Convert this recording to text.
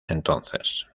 entonces